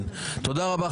תודה רבה,